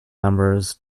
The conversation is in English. members